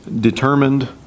determined